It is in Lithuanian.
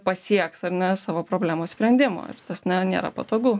pasieks ar ne savo problemos sprendimo tas na nėra patogu